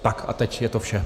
Tak a teď je to vše.